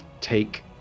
take